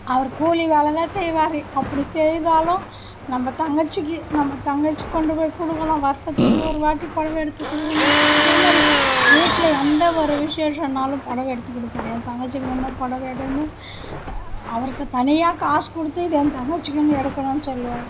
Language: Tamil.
அவர் கூலி வேலைதான் செய்வார் அப்படி செய்தாலும் நம்ம தங்கச்சிக்கு நம்ம தங்கச்சிக்கு கொண்டு போய் கொடுக்கலாம் வருடத்துக்கு ஒருவாட்டி பொடவை எடுத்து கொடுக்குணும் அதேமாதிரி வீட்டில் எந்தவொரு விசேஷம்னாலும் பொடவை எடுத்து கொடுப்பாரு என் தங்கச்சிக்கு முதல்ல பொடவை எடுன்னு அவருக்கு தனியாக காசு கொடுத்து இது ஏன் தங்கச்சிக்குன்னு எடுக்கணும்னு சொல்லுவார்